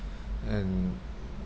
and